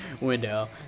window